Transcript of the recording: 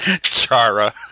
Chara